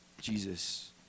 Jesus